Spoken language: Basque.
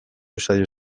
usadio